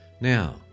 Now